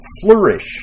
Flourish